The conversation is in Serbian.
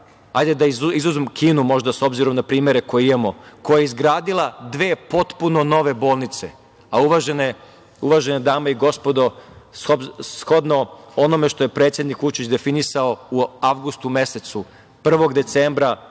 zemlja, da izuzmemo Kinu s obzirom na primere koje imamo, koja je izgradila dve potpuno nove bolnice. Uvažene dame i gospodo, shodno onome što je predsednik Vučić definisao u avgustu mesecu, 1. decembra,